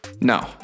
No